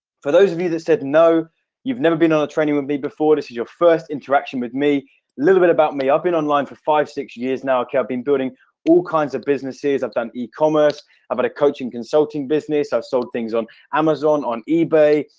for those of you that says no you've never been on a training with me before this is your first interaction with me a little bit about me i've been online for five six years now have been building all kinds of businesses. i've done ecommerce about um and a coaching consulting business i've sold things on amazon on ebay.